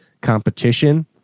competition